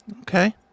Okay